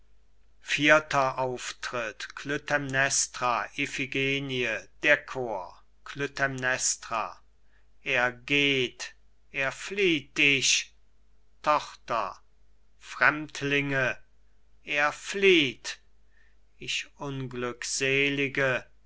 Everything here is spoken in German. geht ab klytämnestra iphigenie der chor klytämnestra er geht er flieht dich tochter fremdlinge er flieht ich unglückselige